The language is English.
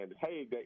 hey